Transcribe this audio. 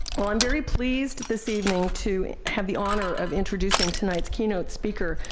well i'm very pleased this evening to have the honor of introducing tonight's keynote speaker,